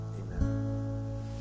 Amen